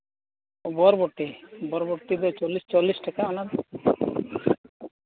ᱵᱚᱨᱵᱚᱴᱤ ᱵᱚᱨᱵᱚᱴᱤ ᱫᱚ ᱪᱚᱞᱞᱤᱥ ᱴᱟᱠᱟ ᱚᱱᱟ